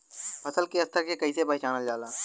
फसल के स्तर के कइसी पहचानल जाला